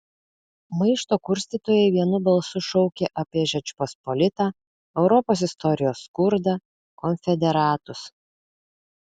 maišto kurstytojai vienu balsu šaukė apie žečpospolitą europos istorijos skurdą konfederatus